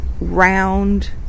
round